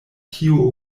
kio